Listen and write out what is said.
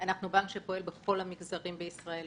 אנחנו בנק שפועל בכל המגזרים בישראל.